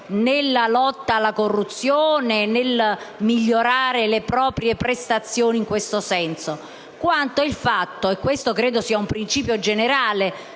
nella lotta alla corruzione, nel migliorare le proprie prestazioni, quanto la mancanza - e questo credo sia un principio generale